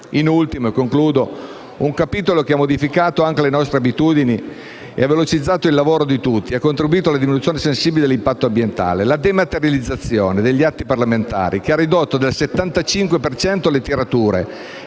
In ultimo, vengo a un capitolo che ha modificato anche le nostre abitudini, ha velocizzato il lavoro di tutti e ha contribuito alla diminuzione sensibile dell'impatto ambientale: la dematerializzazione degli atti parlamentari, che ha ridotto del 75 per